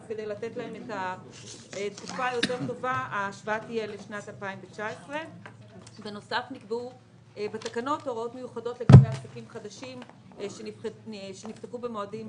אז כדי לתת להם את התקופה הטובה יותר ההשוואה תהיה לשנת 2019. בנוסף נקבעו בתקנות הוראות מיוחדות לגבי עסקים חדשים שנפתחו במועדים